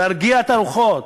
להרגיע את הרוחות.